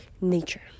Nature